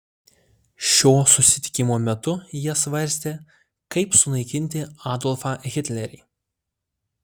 šio susitikimo metu jie svarstė kaip sunaikinti adolfą hitlerį